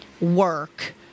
work